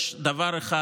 יש דבר אחד